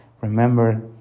remember